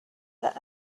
that